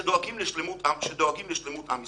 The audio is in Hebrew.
שדואגים לשלמות עם ישראל.